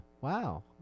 Wow